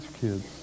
kids